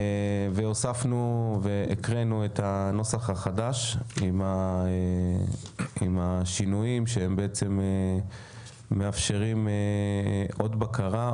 והקראנו את הנוסח החדש עם השינויים שמאפשרים עוד בקרה,